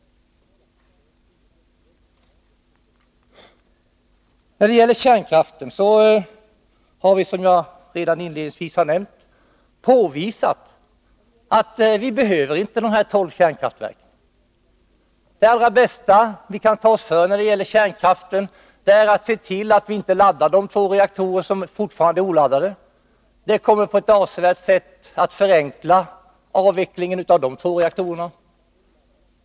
Som jag inledningsvis nämnde har vi påvisat att de tolv kärnkraftverken inte behövs. Det allra bästa vi kan ta oss för när det gäller kärnkraften är att inte ladda de två reaktorer som fortfarande är oladdade. Det kommer på ett avsevärt sätt att förenkla avvecklingen av de två reaktorerna.